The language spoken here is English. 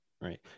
Right